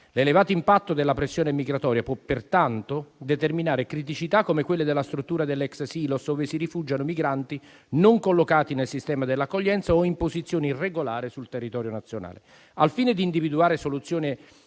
L'elevato impatto della pressione migratoria può pertanto determinare criticità come quelle della struttura dell'ex Silos dove si rifugiano migranti non collocati nel sistema dell'accoglienza o in posizioni irregolari sul territorio nazionale. Al fine di individuare una soluzione